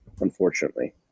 Unfortunately